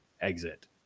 exit